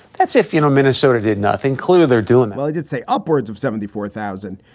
that's if, you know, minnesota did nothing clear. they're doing well they did say upwards of seventy four thousand.